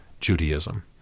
Judaism